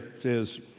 says